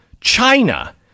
China